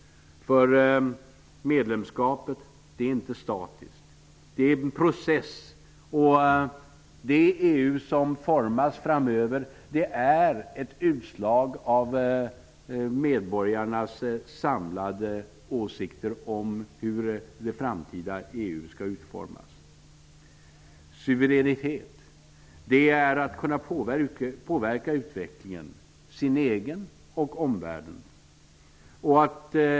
För medlemskapet är inte statiskt, utan det är en process. Det EU som formas framöver är ett utslag av medborgarnas samlade åsikter om hur det framtida EU skall utformas. Suveränitet är att kunna påverka utvecklingen, sin egen och omvärldens.